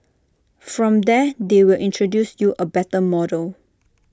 from there they will introduce you A better model